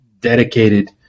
dedicated